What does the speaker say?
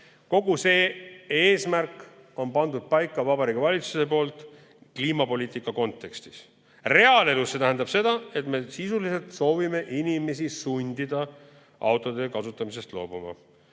kogu selle eesmärgi on pannud paika Vabariigi Valitsus kliimapoliitika kontekstis. Reaalelus tähendab see seda, et me sisuliselt soovime inimesi sundida autode kasutamisest loobuma.